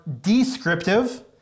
descriptive